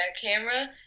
camera